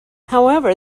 however